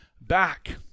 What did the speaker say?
back